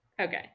okay